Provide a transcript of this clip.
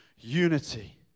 unity